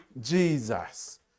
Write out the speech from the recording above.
Jesus